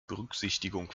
berücksichtigung